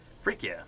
Freaky